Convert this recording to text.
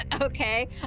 okay